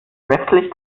westlich